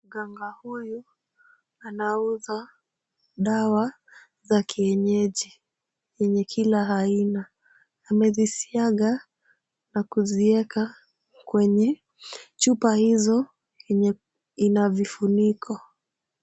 Mganga huyu anauza dawa za kienyeji yenye kila aina. Amezisiaga na kuziweka kwenye chupa hizo yenye ina vifuniko.